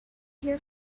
here